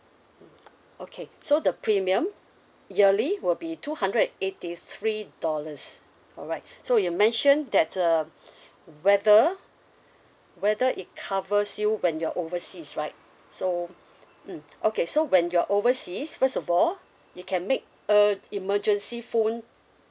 mm okay so the premium yearly will be two hundred and eighty three dollars all right so you mentioned that uh whether whether it covers you when you are overseas right so mm okay so when you are overseas first of all you can make a emergency phone